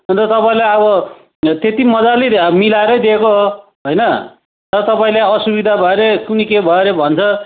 अन्त तपाईँलाई अब त्यति मजाले मिलाएरै दिएको हो होइन अब तपाईँले असुविधा भयो अरे कुनि के भयो अरे भन्छ